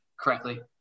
correctly